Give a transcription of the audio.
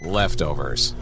leftovers